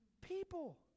people